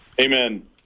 Amen